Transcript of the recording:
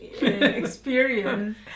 experience